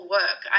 work